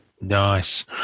Nice